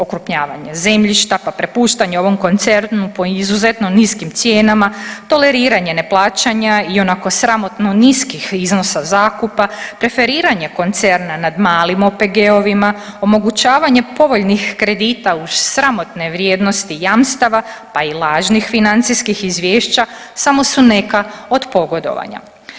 Okrupnjavanje zemljišta pa prepuštanje ovom koncernu po izuzetno niskim cijenama toleriranje neplaćanja ionako sramotno niskih iznosa zakupa, preferiranje koncerna nad malim OPG-ovima, omogućavanje povoljnih kredita uz sramotne vrijednosti jamstava, pa i lažnih financijskih izvješća samo su neka od pogodovanja.